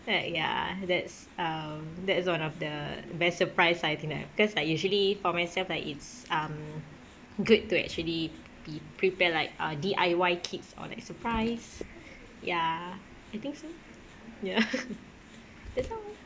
that ya that's um that's one of the best surprise I think lah cause like usually for myself lah it's um good to actually pre~ prepare like a D_I_Y kits for like surprise ya I think so ya that's all